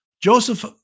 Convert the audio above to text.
Joseph